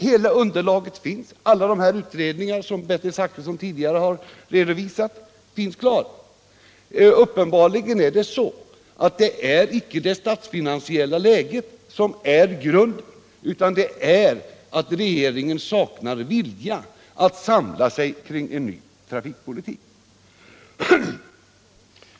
Hela underlaget finns, alla de utredningar som Bertil Zachrisson har redovisat finns klara. Orsaken är uppenbarligen inte det statsfinansiella läget utan att regeringen saknar vilja att samla sig kring en ny trafikpolitik.